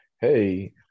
hey